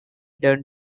done